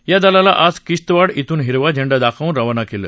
या दलाला आज किश्तवाड श्र्वून हिरवा झेंडा दाखवून रवाना केलं